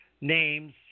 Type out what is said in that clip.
names